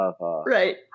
Right